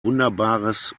wunderbares